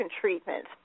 treatment